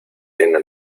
arena